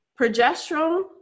Progesterone